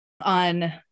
on